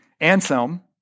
Anselm